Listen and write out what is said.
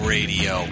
Radio